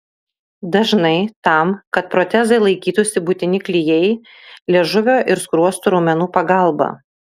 dažnai tam kad protezai laikytųsi būtini klijai liežuvio ir skruostų raumenų pagalba